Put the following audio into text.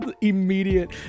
immediate